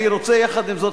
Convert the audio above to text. עם זאת,